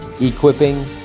Equipping